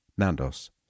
Nandos